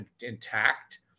intact